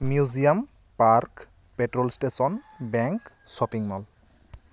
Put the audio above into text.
museum park petrol station bank shopping mall